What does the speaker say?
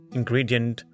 ingredient